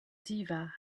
diva